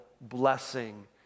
blessing